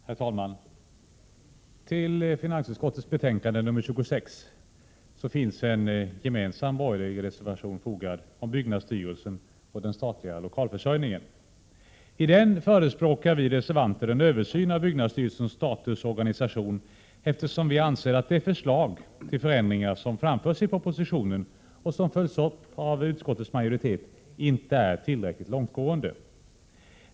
Herr talman! Till finansutskottets betänkande nr 26 finns en gemensam borgerlig reservation fogad om byggnadsstyrelsen och den statliga lokalförsörjningen. I den förespråkar vi reservanter en översyn av byggnadsstyrelsens status och organisation, eftersom vi anser att de förslag till förändringar som framförs i propositionen och som följs upp av utskottets majoritet inte är tillräckligt långtgående.